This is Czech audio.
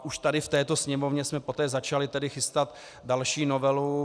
Už tady v této sněmovně jsme poté začali chystat další novelu.